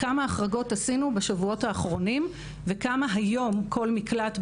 כמה החרגות עשינו בשבועות האחרונים וכמה היום כל מקלט,